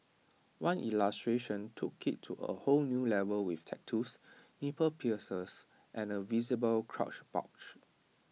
one illustration took IT to A whole new level with tattoos nipple piercings and A visible crotch bulge